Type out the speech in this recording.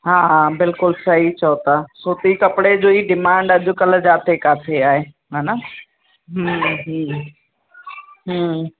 हा हा बिल्कुलु सही चओ था सूती कपिड़े जो ई डिमांड अॼु कल्ह जिते किथे आहे है न हम्म हम्म हम्म